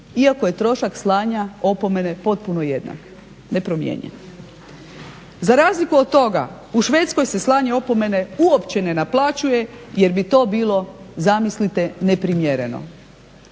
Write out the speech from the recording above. iako je trošak slanja opomene potpuno jednak, nepromijenjen. Za razliku od toga u Švedskoj se slanje opomene uopće ne naplaćuje jer bi to bilo zamislite neprimjereno.